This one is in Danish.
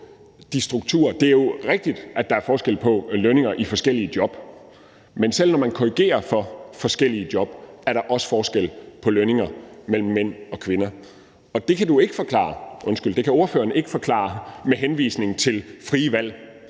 på strukturer. Det er jo rigtigt, at der er forskel på lønninger i forskellige job, men selv når man korrigerer for forskellige job, er der også forskel på lønninger mellem mænd og kvinder, og det kan ordføreren ikke forklare med henvisning til frie valg.